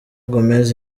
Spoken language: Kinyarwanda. gomez